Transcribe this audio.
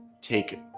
take